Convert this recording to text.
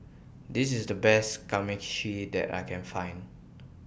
This IS The Best Kamameshi that I Can Find